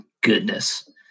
goodness